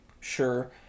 sure